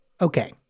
okay